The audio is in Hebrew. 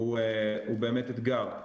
הוא באמת אתגר.